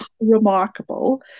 remarkable